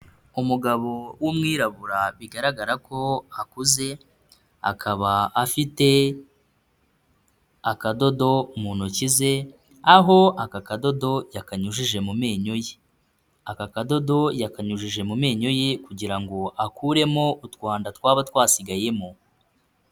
Umugabo w'umwirabura bigaragara ko akuze, akaba afite akadodo mu ntoki ze, aho aka kadodo yakanyujije mu menyo ye. Aka kadodo yakanyujije mu menyo ye kugira ngo akuremo utwanda twaba twasigayemo.